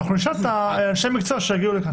נבקש מאנשי המקצוע שיגיעו לכאן.